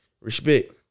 Respect